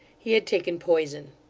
he had taken poison.